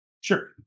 Sure